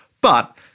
but-